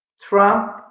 Trump